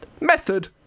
method